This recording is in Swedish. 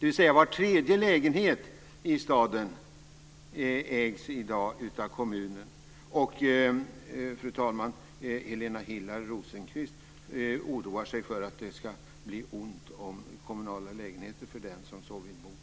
Var tredje lägenhet i staden ägs alltså i dag av kommunen. Och Helena Hillar Rosenqvist, fru talman, oroar sig för att det ska bli ont om kommunala lägenheter för den som vill bo så!